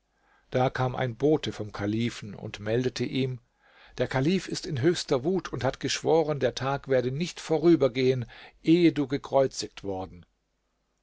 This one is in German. da kam ein bote vom kalifen und meldete ihm der kalif ist in höchster wut und hat geschworen der tag werde nicht vorübergehen ehe du gekreuzigt worden